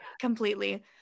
completely